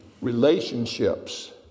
relationships